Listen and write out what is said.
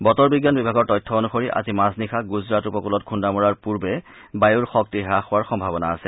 বতৰ বিজ্ঞান বিভাগৰ তথ্য অনুসৰি আজি মাজ নিশা গুজৰাট উপকলত খন্দা মৰাৰ পূৰ্বে বায়ৰ শক্তি হ্যাস হোৱাৰ সম্ভাৱনা আছে